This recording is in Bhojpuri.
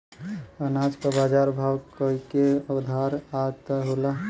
अनाज क बाजार भाव कवने आधार पर तय होला?